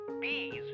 bees